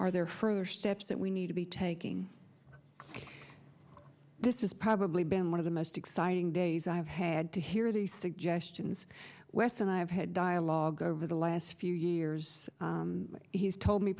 are there further steps that we need to be taking this is probably been one of the most exciting days i've had to hear the suggestions wes and i have had dialogue over the last few years he's told me